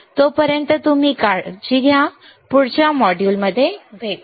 तोपर्यंत तुम्ही काळजी घ्या पुढच्या मॉड्यूलमध्ये भेटू